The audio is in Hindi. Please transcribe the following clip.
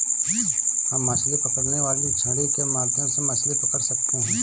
हम मछली पकड़ने वाली छड़ी के माध्यम से मछली पकड़ सकते हैं